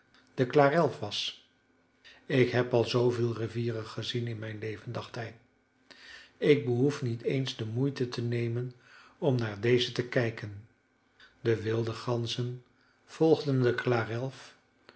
de klarelf was ik heb al zooveel rivieren gezien in mijn leven dacht hij ik behoef niet eens de moeite te nemen om naar deze te kijken de wilde ganzen volgden de